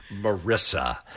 Marissa